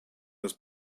das